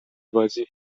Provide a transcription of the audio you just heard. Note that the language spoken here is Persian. بازی